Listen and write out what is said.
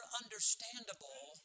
understandable